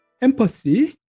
empathy